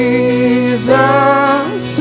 Jesus